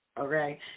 okay